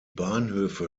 bahnhöfe